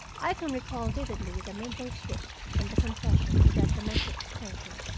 i can recall vividly the mental shift from the confession to that domestic excursion,